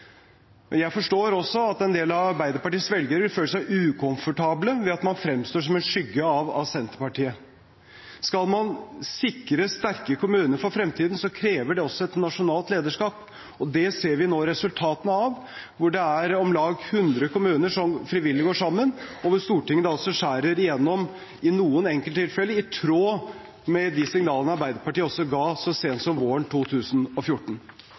igjen. Jeg forstår også at en del av Arbeiderpartiets velgere føler seg ukomfortable ved at man fremstår som en skygge av Senterpartiet. Skal man sikre sterke kommuner for fremtiden, krever det også et nasjonalt lederskap. Det ser vi nå resultatene av, hvor det er om lag 100 kommuner som frivillig går sammen, og hvor Stortinget skjærer igjennom i noen enkelttilfeller, i tråd med de signalene som også Arbeiderpartiet ga så sent som våren 2014.